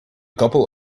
couple